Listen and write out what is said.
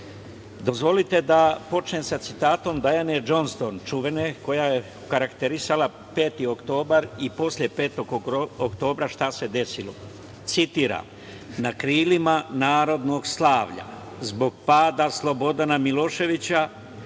blokade. Dozvolite da počnem sa citatom Dajane Džonston, čuvene, koja je okarakterisala 5. oktobar i posle 5. oktobra šta se desilo. Citiram: „Na krilima narodnog slavlja zbog pada Slobodana Miloševića,